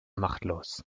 machtlos